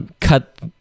cut